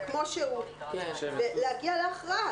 שהוא ולהגיע להכרעה.